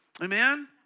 amen